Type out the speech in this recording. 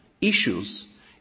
issues